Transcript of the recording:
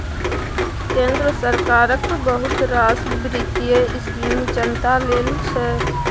केंद्र सरकारक बहुत रास बित्तीय स्कीम जनता लेल छै